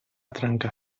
trencar